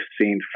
seen